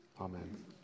Amen